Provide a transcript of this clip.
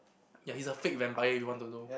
ya he's a fake vampire if you want to know